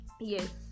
yes